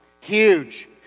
Huge